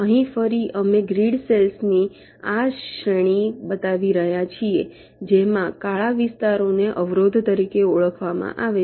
અહીં ફરી અમે ગ્રીડ સેલ્સ ની આ શ્રેણી બતાવી રહ્યા છીએ જેમાં કાળા વિસ્તારોને અવરોધ તરીકે ઓળખવામાં આવે છે